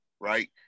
right